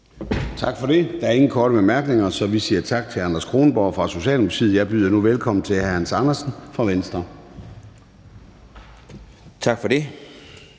Tak for det. Der er ingen korte bemærkninger, så vi siger tak til hr. Anders Kronborg fra Socialdemokratiet. Jeg byder nu velkommen til hr. Hans Andersen fra Venstre. Kl.